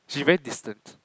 she very distant